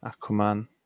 Aquaman